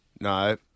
No